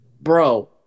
bro